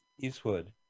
Eastwood –